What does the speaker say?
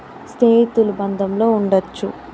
స్నేహితులు బంధంలో ఉండవచ్చు